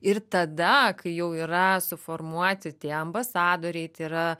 ir tada kai jau yra suformuoti tie ambasadoriai tai yra